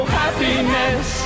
happiness